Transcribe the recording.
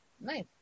nice